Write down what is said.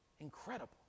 incredible